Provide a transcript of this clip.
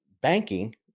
Banking